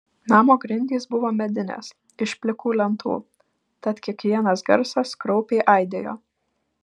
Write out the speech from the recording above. namo grindys buvo medinės iš plikų lentų tad kiekvienas garsas kraupiai aidėjo